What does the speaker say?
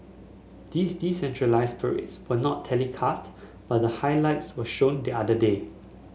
these decentralised parades were not telecast but the highlights were shown the other day